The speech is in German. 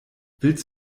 willst